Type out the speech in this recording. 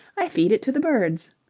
i feed it to the birds.